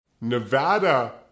Nevada